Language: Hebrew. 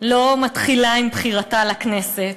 לא מתחילה עם בחירתה לכנסת.